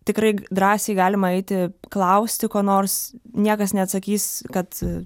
tikrai drąsiai galima eiti klausti ko nors niekas neatsakys kad